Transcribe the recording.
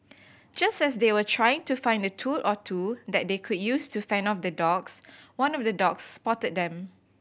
just as they were trying to find a tool or two that they could use to fend off the dogs one of the dogs spotted them